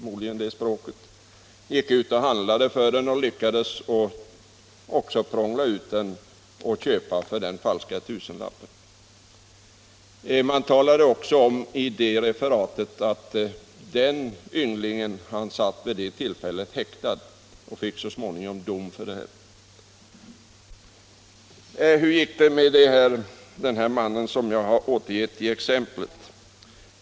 Han gick ut och handlade och lyckades prångla ut den falska sedeln. Av referatet framgick att ynglingen vid tillfället satt häktad, och så småningom blev han dömd för sitt tilltag. Men hur gick det för mannen vars transaktioner fanns återgivna i motionen?